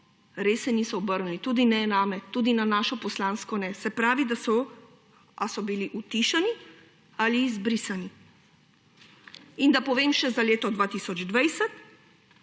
Res se niso obrnili ne name, tudi na našo poslansko ne. Se pravi, da so bili ali utišani ali izbrisani. Da povem še za leto 2020,